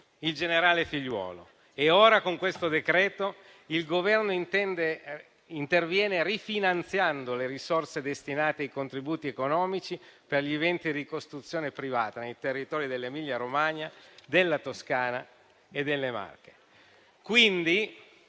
il generale Figliuolo, e ora con il decreto-legge in esame il Governo interviene rifinanziando le risorse destinate ai contributi economici per gli eventi di ricostruzione privata nei territori dell'Emilia Romagna, della Toscana e delle Marche.